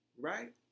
right